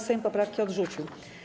Sejm poprawki odrzucił.